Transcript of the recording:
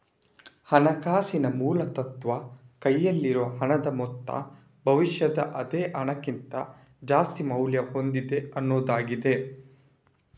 ಹಣಕಾಸಿನ ಮೂಲ ತತ್ವ ಕೈಯಲ್ಲಿರುವ ಹಣದ ಮೊತ್ತ ಭವಿಷ್ಯದ ಅದೇ ಹಣಕ್ಕಿಂತ ಜಾಸ್ತಿ ಮೌಲ್ಯ ಹೊಂದಿದೆ ಅನ್ನುದಾಗಿದೆ